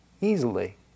easily